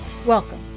Welcome